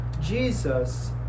Jesus